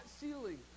ceiling